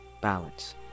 balance